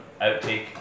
outtake